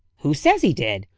who says he did?